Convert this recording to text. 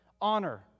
honor